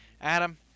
Adam